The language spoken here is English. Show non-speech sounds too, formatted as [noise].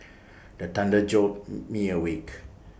the thunder jolt [noise] me awake